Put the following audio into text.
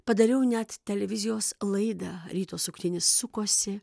padariau net televizijos laidą ryto suktinis sukosi